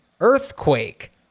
Earthquake